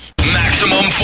Maximum